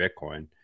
Bitcoin